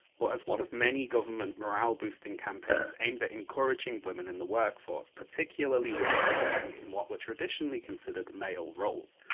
but as one of many government morale-boosting campaigns, aimed at encouraging women in the workforce, particularly, women working in what were traditionally considered male roles.